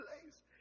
place